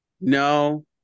No